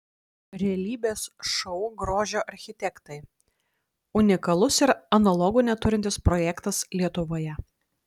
realybės šou grožio architektai unikalus ir analogų neturintis projektas lietuvoje